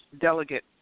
delegate